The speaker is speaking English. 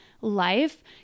life